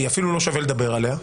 אפילו לא שווה לדבר עליה.